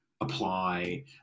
apply